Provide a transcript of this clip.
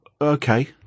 okay